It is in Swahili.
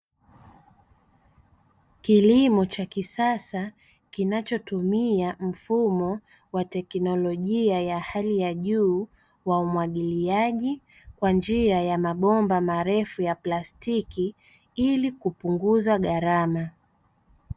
Kilimo cha kisasa kinachotumia mfumo wa teknolojia ya hali ya juu wa umwagiliaji kwa njia ya mabomba marefu ya plastiki ili kupunguza gharama.